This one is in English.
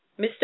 Mr